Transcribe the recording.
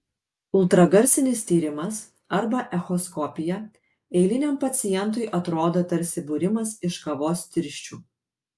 ultragarsinis tyrimas arba echoskopija eiliniam pacientui atrodo tarsi būrimas iš kavos tirščių